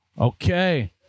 Okay